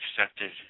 accepted